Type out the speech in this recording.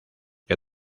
que